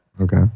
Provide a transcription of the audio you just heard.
Okay